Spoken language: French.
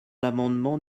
l’amendement